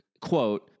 quote